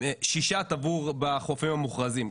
שישה טבעו בחופים המוכרזים.